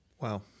Wow